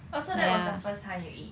oh so that was the first time you ate